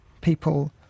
people